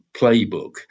playbook